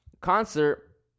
concert